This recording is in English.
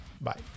Bye